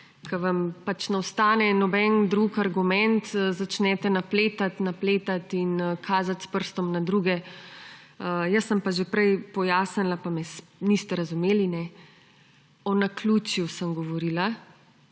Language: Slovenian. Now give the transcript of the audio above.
ko vam pač ne ostane noben drug argument, začnete napletati, napletati in kazati s prstom na druge. Jaz sem pa že prej pojasnila, pa me niste razumeli. O naključju sem govorila,